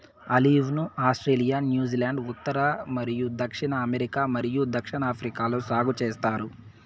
olive ను Australia, New Zealand, ఉత్తర మరియు దక్షిణ అమెరికా మరియు దక్షిణాఫ్రికాలో సాగు చేస్తారు